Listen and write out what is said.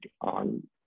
on